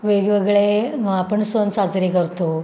वेगवेगळे आपण सण साजरे करतो